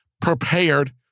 prepared